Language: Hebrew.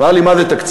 אמר לי: מה זה תקציב?